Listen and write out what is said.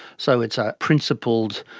so it's a principled,